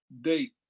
date